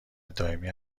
دائمی